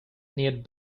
need